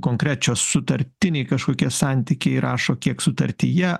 konkrečios sutartiniai kažkokie santykiai rašo kiek sutartyje